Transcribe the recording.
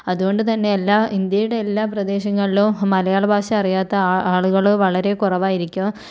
അതുകൊണ്ടു തന്നെ എല്ലാ ഇന്ത്യയുടെ എല്ലാ പ്രദേശങ്ങളിലും മലയാള ഭാഷ അറിയാത്ത ആ ആളുകൾ വളരെ കുറവായിരിക്കും